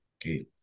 Okay